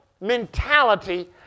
mentality